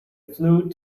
flute